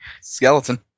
Skeleton